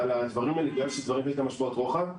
אבל הדברים האלה בגלל --- להם משמעות רוחב.